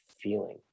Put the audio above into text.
feeling